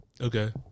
Okay